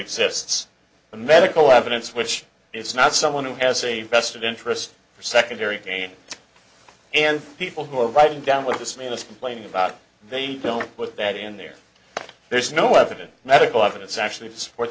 exists the medical evidence which is not someone who has a vested interest or secondary gain and people who are writing down what this man is complaining about they don't put that in there there's no evidence medical evidence actually support